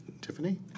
Tiffany